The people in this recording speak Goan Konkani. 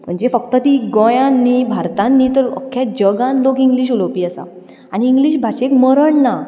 म्हणजे फक्त ती गोंयांत न्ही भारतांत न्ही तर अख्खे जगांत लोक इंग्लीश उलोवपी आसा आनी इंग्लीश भाशेक मरण ना